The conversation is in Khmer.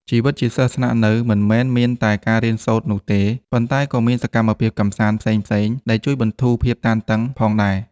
ជីវិតជាសិស្សស្នាក់នៅមិនមែនមានតែការរៀនសូត្រនោះទេ ប៉ុន្តែក៏មានសកម្មភាពកម្សាន្តផ្សេងៗដែលជួយបន្ធូរភាពតានតឹងផងដែរ។